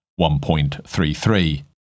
1.33